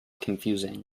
confusing